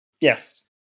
Yes